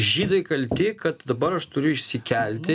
žydai kalti kad dabar aš turiu išsikelti